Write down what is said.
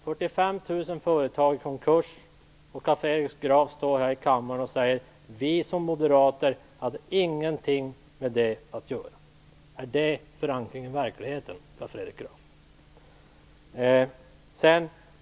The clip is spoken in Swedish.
45 000 företag har gått i konkurs, och Carl Fredrik Graf står här i kammaren och säger: Vi som moderater hade ingenting med det att göra. Är det förankring i verkligheten, Carl Fredrik Graf?